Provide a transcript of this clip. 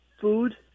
food